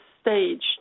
stage